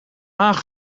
haag